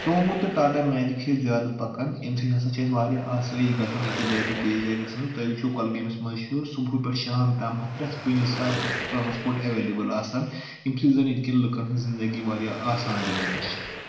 Sumo تہٕ Tata magic چھِ یَتہِ زیادٕ پَکان امہِ سۭتۍ ہسا چھِ اَسہِ واریاہ آسٲیی گژھان أکِس جایہِ پؠٹھ بیٚیِس جایہِ گژھنَس تۄہہِ وٕچِھو کۄلگٲمِس منٛز چھُ صبُحہٕ پؠٹھ شام تام پرٛؠتھ کُنہِ ساتہٕ ٹرٚانَسپوٹ ایٚولیبٕل آسان ییٚمہِ سۭتۍ زَن ییٚتہِ کؠن لُکَن ہٕنٛز زِنٛدَگی واریاہ آسان بَنیٚمٕژ چھِ